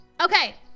okay